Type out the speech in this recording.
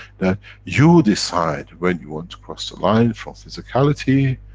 that you decide when you want to cross the line from physicality,